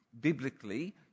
biblically